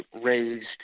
raised